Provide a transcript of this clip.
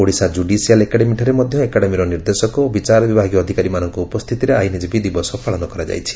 Odisha judicial ଏକାଡେମୀଠାରେ ମଧ ଏକାଡେମୀର ନିର୍ଦ୍ଦେଶକ ଓ ବିଚାର ବିଭାଗୀୟ ଅଧିକାରୀମାନଙ୍କ ଉପସ୍ଥିତିରେ ଆଇନଜୀବୀ ଦିବସ ପାଳନ କରାଯାଇଛି